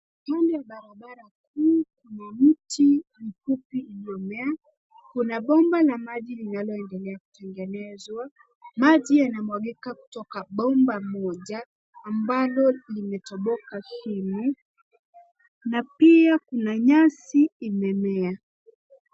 Kando ya barabara kuu kuna mti mfupi imeota. Kuna bomba la maji linaloendelea kutengenezwa. Maji yanamwagika kutoka bomba moja ambalo limetoboka chini na pia kuna nyasi imemea.